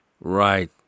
Right